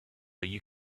you